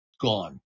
gone